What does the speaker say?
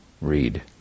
read